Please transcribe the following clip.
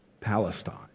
Palestine